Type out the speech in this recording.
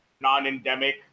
non-endemic